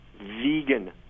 Vegan